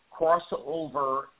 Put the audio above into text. crossover